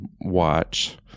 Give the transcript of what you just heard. watch